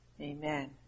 amen